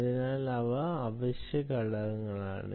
അതിനാൽ ഇവ അവശ്യ ഘടകങ്ങളാണ്